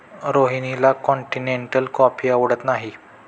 रोहिणीला continental coffee आवडत नाही